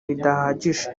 bidahagije